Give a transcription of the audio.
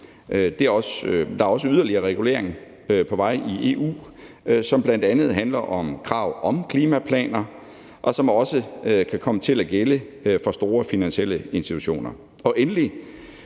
Der er også yderligere regulering på vej i EU, som bl.a. handler om krav om klimaplaner, og som også kan komme til at gælde for store finansielle institutioner.